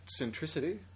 centricity